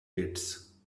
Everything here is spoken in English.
pits